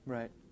Right